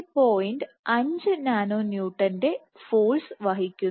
5 nano ന്യൂട്ടന്റെ force വഹിക്കുന്നു